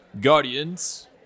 Guardians